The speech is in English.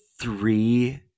three